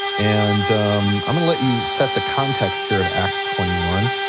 and i'm gonna let you set the context here of acts twenty one,